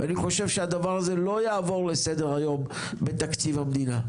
ואני חושב שהדבר הזה לא יעבור לסדר היום בתקציב המדינה.